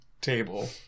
table